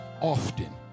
often